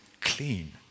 clean